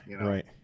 Right